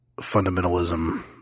fundamentalism